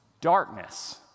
Darkness